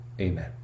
Amen